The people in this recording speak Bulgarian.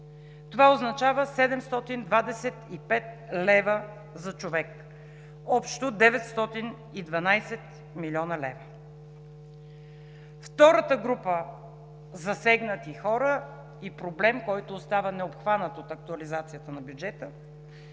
което означава 725 лв. за човек или общо 912 млн. лв. Втората група засегнати хора и проблемът, който остава необхванат от актуализацията на бюджета,